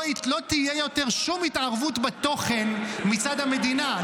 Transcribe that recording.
לא תהיה יותר שום התערבות בתוכן מצד המדינה,